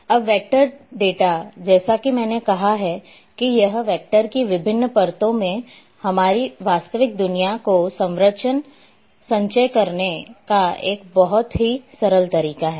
अब vector data जैसा कि मैंने कहा है कि यह वेक्टर की विभिन्न परतों में हमारी वास्तविक दुनिया को संचय करने का एक बहुत ही सरल तरीका है